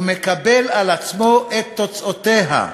הוא מקבל על עצמו את תוצאותיה,